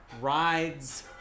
rides